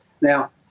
Now